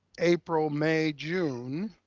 april, may, june,